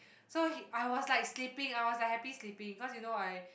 so I was like sleeping I was like happy sleeping cause you know I